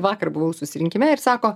vakar buvau susirinkime ir sako